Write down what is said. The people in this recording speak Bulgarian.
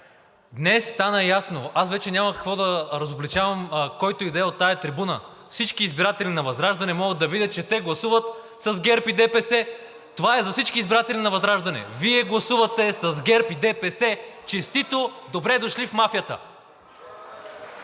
Днес стана ясно и аз вече няма какво да разобличавам който и да е от тази трибуна. Всички избиратели на ВЪЗРАЖДАНЕ могат да видят, че те гласуват с ГЕРБ и ДПС. Това е за всички избиратели на ВЪЗРАЖДАНЕ – Вие гласувате с ГЕРБ и ДПС! Честито! Добре дошли в мафията!